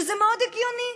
שזה מאוד הגיוני,